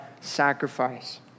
sacrifice